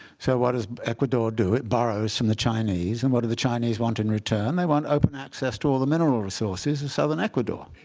so what does ecuador do? it borrows from the chinese. and what do the chinese want in return? they want open access to all the mineral resources of southern ecuador,